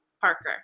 parker